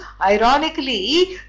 ironically